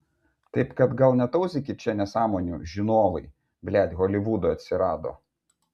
taip kad gal netauzykit čia nesąmonių žinovai blet holivudo atsirado